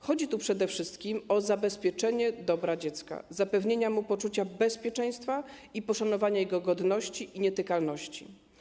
Chodzi tu przede wszystkim o zabezpieczenie dobra dziecka, zapewnienie mu poczucia bezpieczeństwa i poszanowanie jego godności i nietykalności.